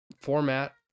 format